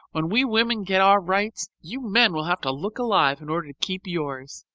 when we women get our rights, you men will have to look alive in order to keep yours.